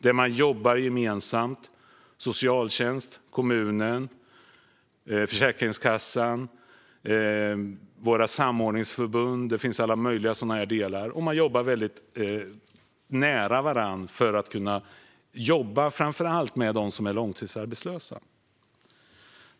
Det är ett samarbete där socialtjänsten, kommunen, Försäkringskassan, våra samordningsförbund och alla möjliga arbetar gemensamt och nära varandra för att kunna jobba med framför allt långtidsarbetslösa.